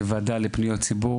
הוועדה לפניות הציבור